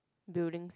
do things